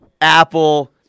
Apple